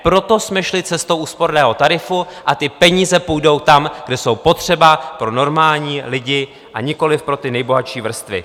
Proto jsme šli cestou úsporného tarifu a peníze půjdou tam, kde jsou potřeba pro normální lidi, a nikoliv pro nejbohatší vrstvy.